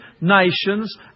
nations